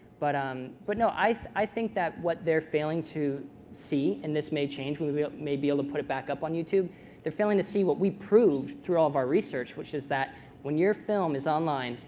but um but no, i think that what they're failing to see, and this may change we we may be able to put it back up on youtube they're failing to see what we proved through all of our research, which is that when your film is online,